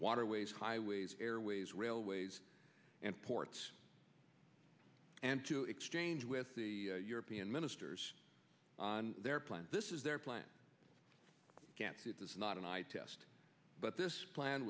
water ways highways airways railways and ports and to exchange with the european ministers on their plan this is their plan can't get this not an eye test but this